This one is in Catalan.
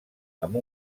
amb